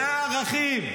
זה הערכים.